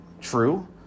true